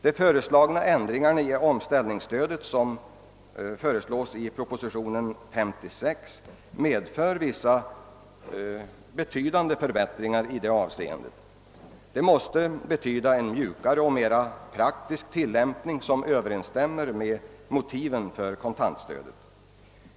De föreslagna ändringar i omställningsstödet, som föreslås i propositionen nr 56, medför vissa väsentliga förbättringar i det avseendet. Detta måste betyda en mjukare och mera praktisk tillämpning som överensstämmer med motiven för kontantstöd.